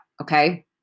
okay